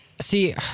see